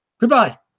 goodbye